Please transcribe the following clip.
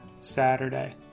Saturday